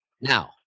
Now